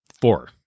four